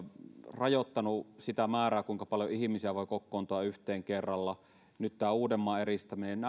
rajoittanut sitä määrää kuinka paljon ihmisiä voi kokoontua yhteen kerralla nyt on tämä uudenmaan eristäminen